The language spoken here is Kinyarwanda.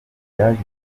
yaje